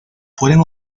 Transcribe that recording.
pueden